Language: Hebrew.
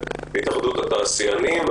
התאחדות התעשיינים,